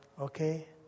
okay